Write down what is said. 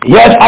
Yes